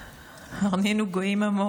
"הרנינו גוים עמו